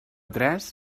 tres